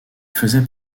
faisait